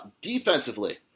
Defensively